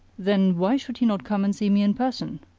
then why should he not come and see me in person?